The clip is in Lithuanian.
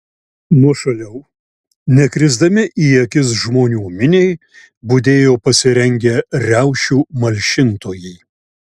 nuošaliau nekrisdami į akis žmonių miniai budėjo pasirengę riaušių malšintojai